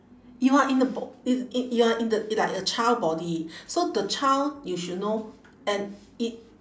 you are in the bo~ in in you are in the like a child body so the child you should know and it